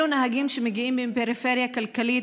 אלו נהגים שמגיעים מפריפריה כלכלית,